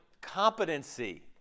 competency